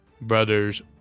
Brothers